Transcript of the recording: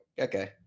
Okay